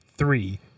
Three